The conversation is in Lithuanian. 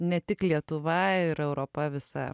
ne tik lietuva ir europa visa